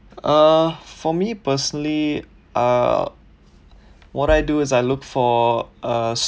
uh for me personally uh what I do is I look for uh